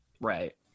Right